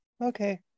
okay